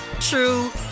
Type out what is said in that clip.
true